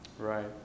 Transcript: Right